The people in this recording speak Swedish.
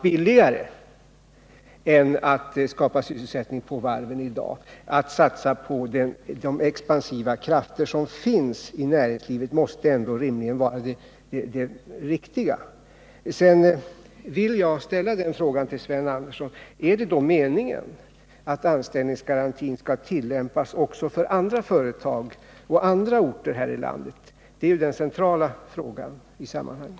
Billigare än att skapa sysselsättning på varven i dag är det trots allt att satsa på den vilja till utveckling som finns. Detta måste ändå rimligen vara det riktiga. Sedan vill jag ställa frågan till Sven Andersson: Är det meningen att anställningsgarantin skall tillämpas också för andra företag och andra orter här i landet? Detta är den centrala frågan i sammanhanget.